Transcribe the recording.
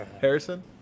Harrison